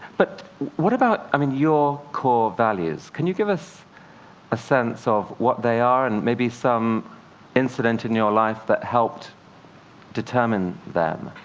but what about i mean your core values? can you give us a sense of what they are and maybe some incident in your life that helped determine them?